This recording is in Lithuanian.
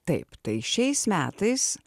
taip tai šiais metais